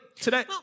today